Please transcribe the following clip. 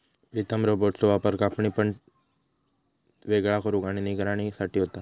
प्रीतम रोबोट्सचो वापर कापणी, तण वेगळा करुक आणि निगराणी साठी होता